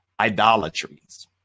idolatries